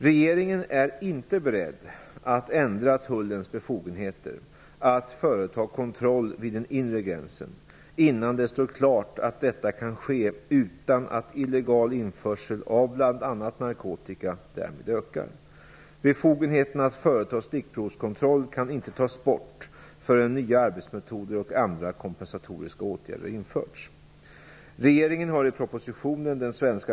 Regeringen är inte beredd att ändra tullens befogenheter att företa kontroll vid den inre gränsen, innan det står klart att detta kan ske utan att illegal införsel av bl.a. narkotika därmed ökar. Befogenheten att företa stickprovskontroll kan inte tas bort förrän nya arbetsmetoder och andra kompensatoriska åtgärder har införts.